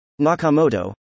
Nakamoto